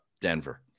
Denver